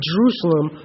Jerusalem